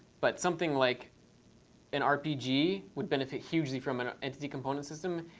but something like an rpg would benefit hugely from an entity component system,